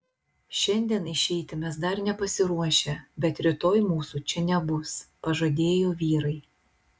šiandien išeiti mes dar nepasiruošę bet rytoj mūsų čia nebus pažadėjo vyrai